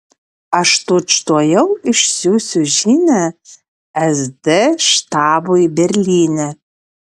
aš tučtuojau išsiųsiu žinią sd štabui berlyne